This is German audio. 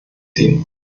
ziehen